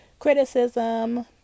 criticism